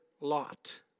lot